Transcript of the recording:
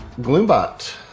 Gloombot